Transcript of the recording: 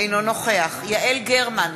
אינו נוכח יעל גרמן,